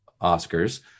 Oscars